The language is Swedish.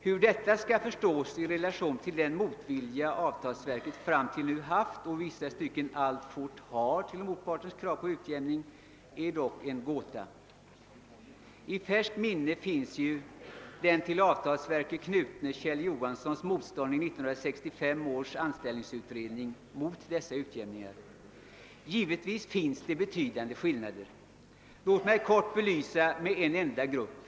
Hur detta skall förstås med hänsyn till den motvilja avtalsverket hittills haft och i vissa stycken alltfort har till motpartens krav på utjämning är dock en gåta. I färskt minne har vi det motstånd som den till avtalsverket knutne Kjell Johanson reste mot dessa krav i 1965 års anställningsutredning. Givetvis finns det betydande skillnader. Låt mig kort belysa dessa med ett exempel från en enda grupp.